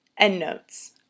Endnotes